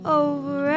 over